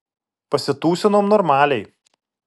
pasitūsinom normaliai